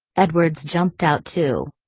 edwards jumped out too.